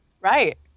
Right